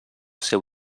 seu